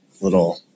Little